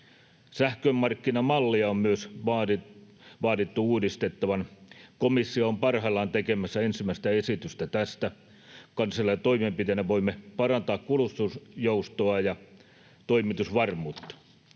Sähkömarkkinamallia on myös vaadittu uudistettavan. Komissio on parhaillaan tekemässä ensimmäistä esitystä tästä. Kansallisina toimenpiteinä voimme parantaa kulutusjoustoa sekä toimitusvarmuutta.